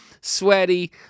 sweaty